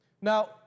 Now